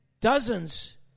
dozens